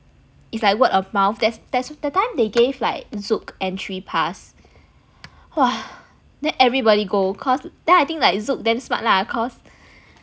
it's like word of mouth that's that's that time they gave like Zouk entry pass !wah! then everybody go cause then I think like Zouk then smart lah cause